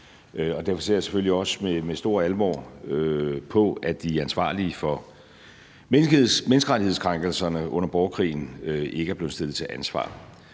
Og derfor ser jeg selvfølgelig også med stor alvor på, at de ansvarlige for menneskerettighedskrænkelserne under borgerkrigen ikke er blevet stillet til ansvar.